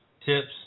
tips